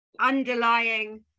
underlying